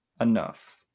enough